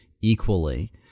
equally